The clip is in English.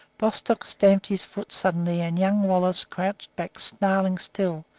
bostock stamped his foot suddenly, and young wallace crouched back, snarling still,